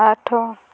ଆଠ